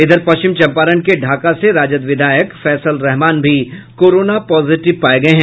इधर पश्चिम चंपारण के ढाका से राजद विधायक फैसल रहमान भी कोरोना पॉजिटिव पाये गये हैं